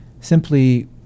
simply